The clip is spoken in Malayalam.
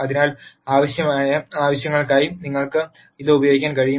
അതിനാൽ ആവശ്യമായ ആവശ്യങ്ങൾക്കായി നിങ്ങൾക്ക് ഇത് ഉപയോഗിക്കാൻ കഴിയും